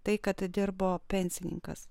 tai kad dirbo pensininkas